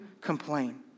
complain